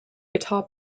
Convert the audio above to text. guitar